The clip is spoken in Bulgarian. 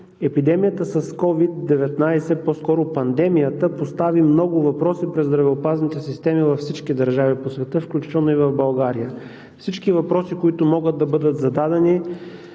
Епидемията с COVID-19, по-скоро пандемията, постави много въпроси пред здравеопазните системи в света, включително и в България. Всички въпроси, които могат да бъдат зададени,